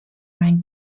mijn